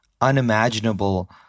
unimaginable